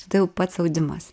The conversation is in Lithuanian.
ir tai jau pats audimas